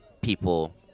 people